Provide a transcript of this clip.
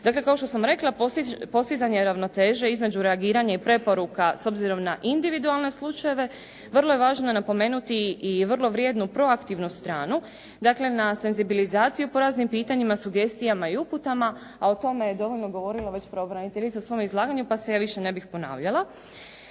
Dakle, kao što sam rekla, postizanje ravnoteže između reagiranja i preporuka s obzirom na individualne slučajeve, vrlo je važno napomenuti i vrlo vrijednu proaktivnu stranu, dakle na senzibilizaciju po raznim pitanjima, sugestijama i uputama, a o tome je dovoljno govorila pravobraniteljica u svom izlaganju, pa se ja više ne bih ponavljala.